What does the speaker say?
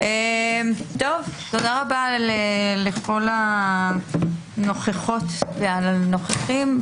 תודה רבה לכל הנוכחות והנוכחים.